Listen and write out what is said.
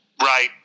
Right